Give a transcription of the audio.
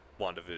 wandavision